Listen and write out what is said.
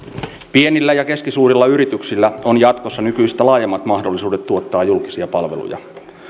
pienillä ja keskisuurilla yrityksillä on jatkossa nykyistä laajemmat mahdollisuudet tuottaa julkisia palveluja